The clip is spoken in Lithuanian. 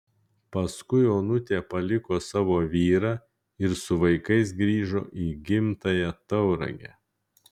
paskui onutė paliko savo vyrą ir su vaikais grįžo į gimtąją tauragę